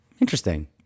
Interesting